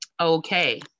okay